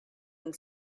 and